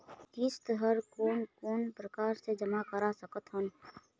किस्त हर कोन कोन प्रकार से जमा करा सकत हन?